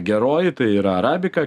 geroji tai yra arabika